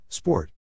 Sport